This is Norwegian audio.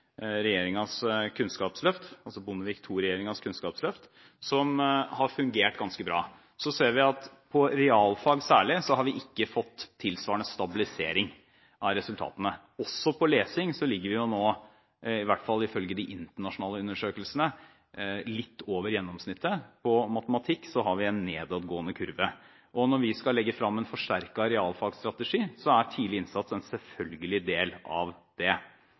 Bondevik II-regjeringens kunnskapsløft som har fungert ganske bra. Vi ser at for realfag, særlig, har vi ikke fått tilsvarende stabilisering av resultatene. Også når det gjelder lesing, ligger vi nå – i hvert fall ifølge de internasjonale undersøkelsene – litt over gjennomsnittet. For matematikk er det en nedadgående kurve. Når vi skal legge frem en forsterket realfagsstrategi, er tidlig innsats en selvfølgelig del av den. Så til diskusjonen om lærertetthet. Det